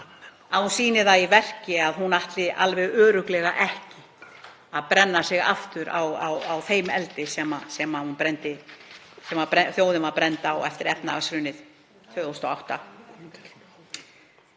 sýni það í verki að hún ætli alveg örugglega ekki að brenna sig aftur á þeim eldi sem þjóðin var brennd á eftir efnahagshrunið 2008.